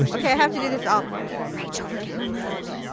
um okay. i have to do this. ah rachel look at my mug.